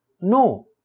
no